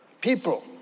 people